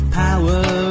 power